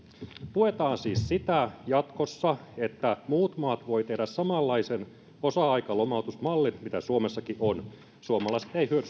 tuetaan siis jatkossa sitä että muut maat voivat tehdä samanlaisen osa aikalomautusmallin kuin mikä suomessakin on suomalaiset eivät hyödy